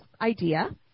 idea